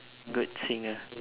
good singer